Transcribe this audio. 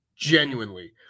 Genuinely